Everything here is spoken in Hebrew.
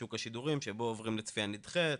שוק השידורים, שבו עוברים לצפייה נדחית,